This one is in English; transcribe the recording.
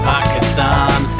Pakistan